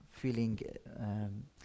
feeling